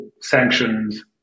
sanctions